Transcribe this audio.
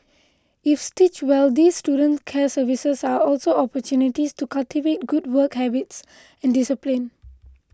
if stitched well these student care services are also opportunities to cultivate good work habits and discipline